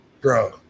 Bro